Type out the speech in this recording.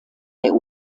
der